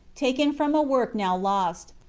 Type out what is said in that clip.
taken from a work now lost,